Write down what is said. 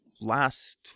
last